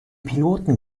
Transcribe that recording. piloten